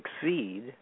succeed